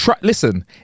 Listen